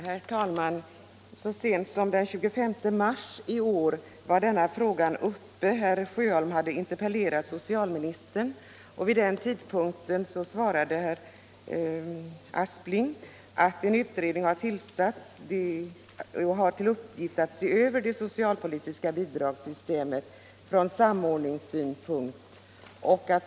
Herr talman! Så sent som den 25 mars i år var denna fråga uppe här i kammaren. Herr Sjöholm hade interpellerat socialministern, och herr . Aspling svarade att ”en parlamentarisk utredning har tillsatts med upp drag att se över det socialpolitiska bidragssystemet från samordningssynpunkt.